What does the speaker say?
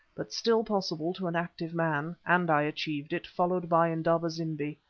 but still possible to an active man, and i achieved it, followed by indaba-zimbi.